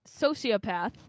Sociopath